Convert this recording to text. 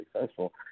successful